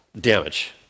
damage